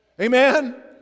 Amen